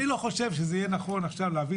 אני לא חושב שזה יהיה נכון עכשיו להביא